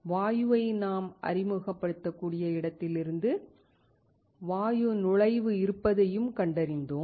வாயுவை நாம் அறிமுகப்படுத்தக்கூடிய இடத்திலிருந்து வாயு நுழைவு இருப்பதையும் கண்டறிந்தோம்